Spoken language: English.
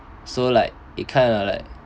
so like it kind of like